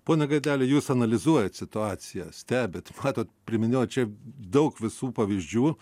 pone gaideli jūs analizuojat situaciją stebit matot priminėjau čia daug visų pavyzdžių